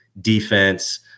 defense